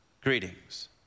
greetings